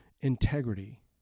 integrity